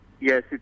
yes